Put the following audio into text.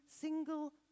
single